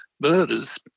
Murders